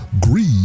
greed